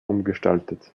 umgestaltet